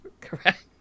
correct